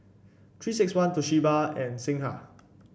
Three six one Toshiba and Singha